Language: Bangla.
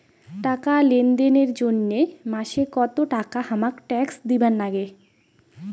টাকা লেনদেন এর জইন্যে মাসে কত টাকা হামাক ট্যাক্স দিবার নাগে?